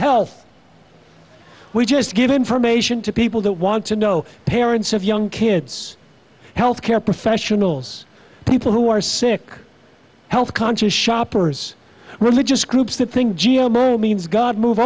health we just give information to people that want to know parents of young kids health care professionals people who are sick health conscious shoppers religious groups that think means god move